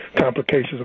complications